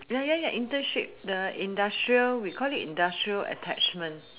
ya ya ya internship the industrial we call it industrial attachment